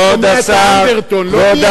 אני שומע לא רק מה אתה מדבר,